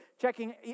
checking